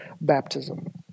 baptism